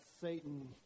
Satan